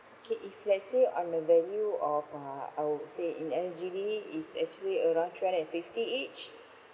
okay if let's say on the value of uh I would say in S_G_D is actually around three hundred and fifty each